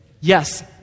yes